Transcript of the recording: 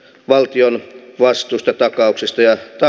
valtion vastuusta takauksista jotta